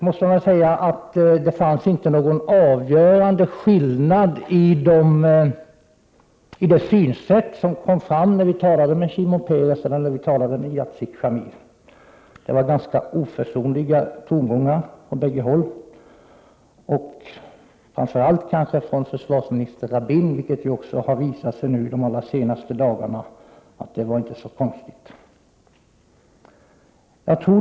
Det fanns tyvärr inte någon avgörande skillnad mellan de synsätt som kom fram när vi talade med Shimon Peres resp. Yitzhak Shamir. Det var ganska oförsonliga tongångar från båda håll. Detta gällde kanske framför allt också för försvarsminister Rabin. Det har visat sig nu under de allra senaste dagarna att det inte var så konstigt.